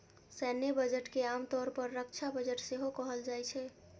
सैन्य बजट के आम तौर पर रक्षा बजट सेहो कहल जाइ छै